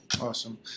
Awesome